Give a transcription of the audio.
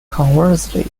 conversely